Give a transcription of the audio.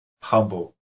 humble